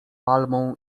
palmą